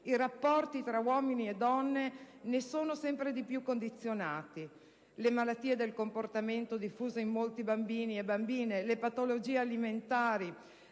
i rapporti tra uomini e donne ne sono sempre più condizionati: le malattie del comportamento diffuse in molti bambini e bambine, le patologie alimentari,